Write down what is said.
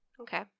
Okay